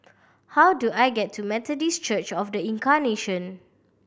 how do I get to Methodist Church Of The Incarnation